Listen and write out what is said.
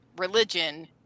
religion